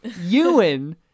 Ewan